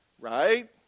Right